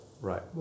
Right